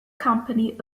company